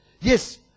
yes